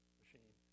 machine